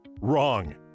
Wrong